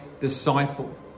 disciple